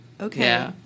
okay